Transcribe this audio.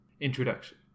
Introduction